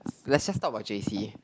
let's just talk about j_c